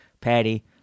Patty